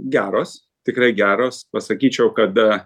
geros tikrai geros pasakyčiau kad a